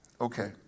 okay